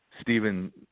Stephen